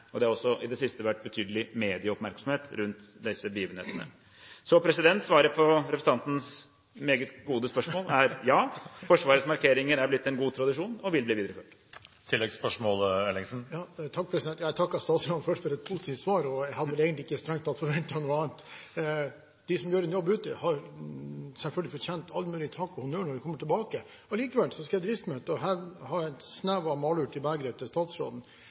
Det har også i det siste vært betydelig medieoppmerksomhet rundt disse begivenhetene. Svaret på representantens meget gode spørsmål er: Ja, Forsvarets markeringer er blitt en god tradisjon og vil bli videreført. Jeg takker først statsråden for et positivt svar. Jeg hadde vel egentlig strengt tatt ikke forventet noe annet. De som gjør en jobb ute, har selvfølgelig fortjent all mulig takk og honnør når de kommer tilbake. Likevel skal jeg driste meg til å helle en snev av malurt i begeret til statsråden.